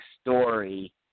story